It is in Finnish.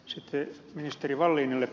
sitte ministeri wallinille